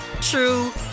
true